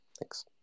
Thanks